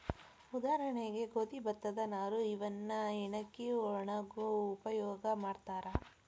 ಉದಾಹರಣೆಗೆ ಗೋದಿ ಭತ್ತದ ನಾರು ಇವನ್ನ ಹೆಣಕಿ ಒಳಗು ಉಪಯೋಗಾ ಮಾಡ್ತಾರ